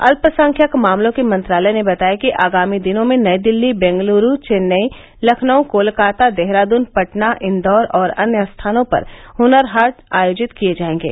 अल्पसंख्यक मामलों के मंत्रालय ने बताया कि आगामी दिनों में नई दिल्ली बेंगलुरू चेन्नई लखनऊ कोलकाता देहरादून पटना इंदौर और अन्य स्थानों पर हनर हाट आयोजित किए जाएंगे